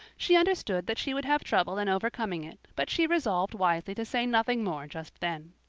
she understood that she would have trouble in overcoming it but she re-solved wisely to say nothing more just then.